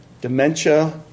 Dementia